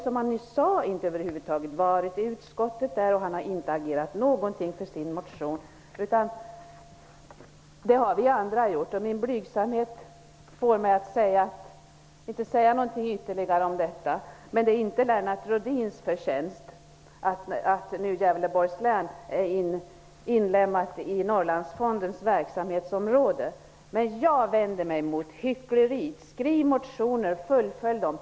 Som han nyss sade har han över huvud taget inte varit i utskottet. Han har inte på något sett agerat för sin motion. Det har vi andra gjort. Min blygsamhet får mig att inte säga någonting ytterligare om detta. Det är i alla fall inte Lennart Rohdins förtjänst att Gävleborgs län nu är inlemmat i verksamhetsområdet för Jag vänder mig mot hyckleriet. Skriv motioner och fullfölj dem!